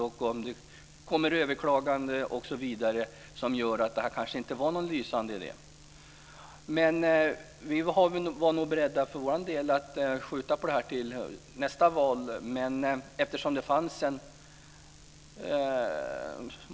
Kanske kommer det överklaganden osv. som visar att det här kanske inte var någon lysande idé. Vi var för vår del beredda att skjuta på det här till nästa val.